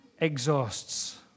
exhausts